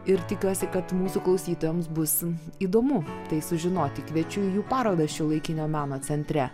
ir tikiuosi kad mūsų klausytojams bus įdomu tai sužinoti kviečiu į jų parodą šiuolaikinio meno centre